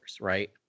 right